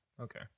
Okay